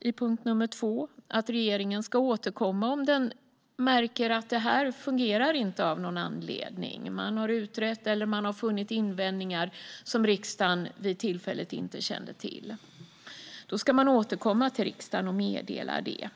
I punkt två skriver vi att regeringen ska återkomma om den märker att det här av någon anledning inte fungerar. Man har utrett eller funnit invändningar som riksdagen vid tillfället inte kände till. Då ska man återkomma till riksdagen och meddela det.